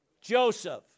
Joseph